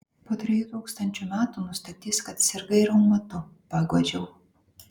po trijų tūkstančių metų nustatys kad sirgai reumatu paguodžiau